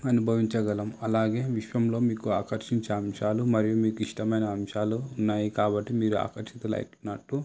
అనుభవించగలము అలాగే విశ్వంలో మీకు ఆకర్షించే అంశాలు మరియు మీకు ఇష్టమైన అంశాలు ఉన్నాయి కాబట్టి మీరు ఆకర్షితులవుతున్నట్టు